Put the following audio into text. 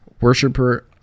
worshiper